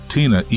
Tina